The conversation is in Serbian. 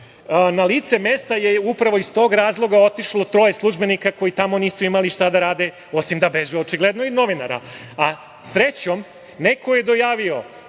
na lice mesta je upravo iz tog razloga otišlo troje službenika koji tamo nisu imali šta da rade osim da beže, očigledno, i od novinara. Srećom, neko je dojavio